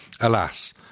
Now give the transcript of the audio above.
Alas